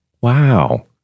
Wow